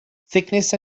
thickness